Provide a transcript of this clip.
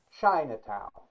Chinatown